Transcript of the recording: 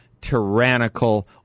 tyrannical